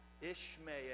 Ishmael